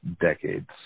decades